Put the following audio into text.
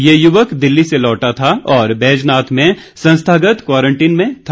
ये युवक दिल्ली से लौटा था और बैजनाथ में संस्थागत क्वारंटीन में था